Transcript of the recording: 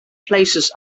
places